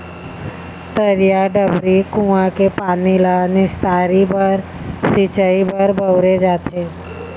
तरिया, डबरी, कुँआ के पानी ल निस्तारी बर, सिंचई बर बउरे जाथे